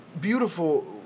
beautiful